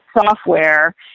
software